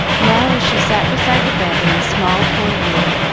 now, as she sat beside the bed in the small, poor room,